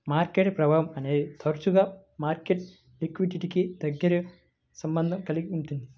market ప్రభావం అనేది తరచుగా మార్కెట్ లిక్విడిటీకి దగ్గరి సంబంధం కలిగి ఉంటుంది